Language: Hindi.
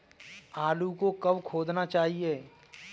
आलू को कब खोदना चाहिए?